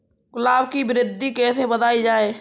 गुलाब की वृद्धि कैसे बढ़ाई जाए?